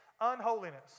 unholiness